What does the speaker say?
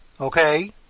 Okay